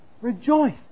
rejoice